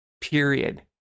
period